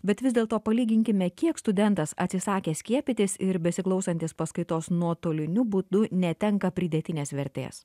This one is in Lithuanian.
bet vis dėlto palyginkime kiek studentas atsisakęs skiepytis ir besiklausantis paskaitos nuotoliniu būdu netenka pridėtinės vertės